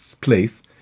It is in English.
place